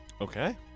Okay